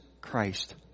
Christ